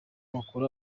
bakore